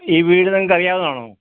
ഈ വീട് നിങ്ങൾക്കറിയാവുന്നത് ആണോ